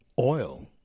oil